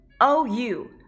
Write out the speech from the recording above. O-U